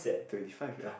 twenty five ya